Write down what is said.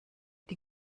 die